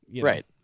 right